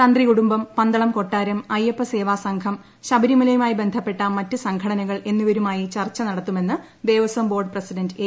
തന്ത്രി കുടുംബം പന്തളം കൊട്ടാരം അയ്യപ്പ സേവാസംഘം ശബരിമലയുമായി ബന്ധപ്പെട്ട മറ്റ് സംഘടനകൾ എന്നിവരുമായി ചർച്ച നടത്തുമെന്ന് ദ്ദേപ്സം ബോർഡ് പ്രസിഡന്റ് എ